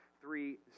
three